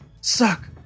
suck